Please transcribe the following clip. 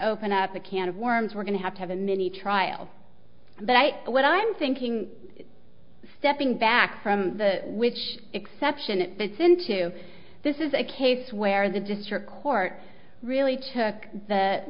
open up a can of worms we're going to have to have a mini trial but i what i'm thinking stepping back from the witch exception it fits into this is a case where the district court really took the